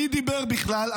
מי דיבר בכלל,